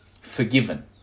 Forgiven